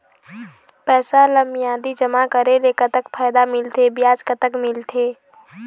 पैसा ला मियादी जमा करेले, कतक फायदा मिलथे, ब्याज कतक मिलथे?